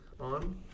on